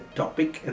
topic